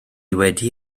wedi